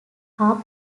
are